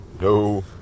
No